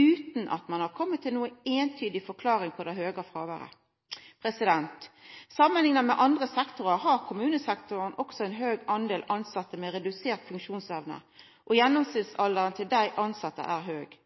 utan at ein har kome til noka eintydig forklaring på det høge fråværet. Samanlikna med andre sektorar har kommunesektoren også eit høgt tal på tilsette med redusert funksjonsevne, og gjennomsnittsalderen til dei tilsette er høg.